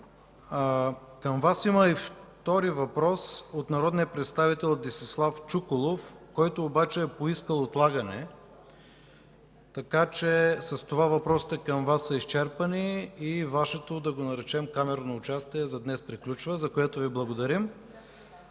Към Вас има и втори въпрос от народния представител Десислав Чуколов, но той е поискал отлагане. С това въпросите към Вас са изчерпани и Вашето камерно участие за днес приключва, за което Ви благодарим.